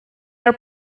are